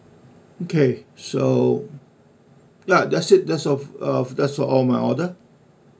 okay so ya that's it that's all uh that's all my order